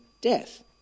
death